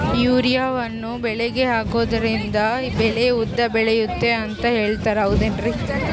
ಯೂರಿಯಾವನ್ನು ಬೆಳೆಗೆ ಹಾಕೋದ್ರಿಂದ ಬೆಳೆ ಉದ್ದ ಬೆಳೆಯುತ್ತೆ ಅಂತ ಹೇಳ್ತಾರ ಹೌದೇನ್ರಿ?